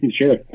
Sure